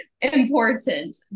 important